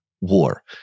war